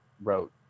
wrote